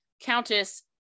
Countess